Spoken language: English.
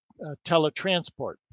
teletransport